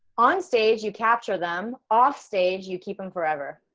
on stage, you capture them off stage, you keep them forever,